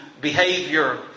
behavior